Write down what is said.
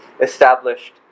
established